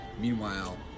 Meanwhile